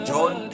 John